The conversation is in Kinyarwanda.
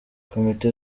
komite